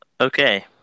Okay